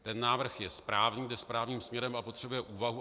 Ten návrh je správný, jde správným směrem a potřebuje úvahu.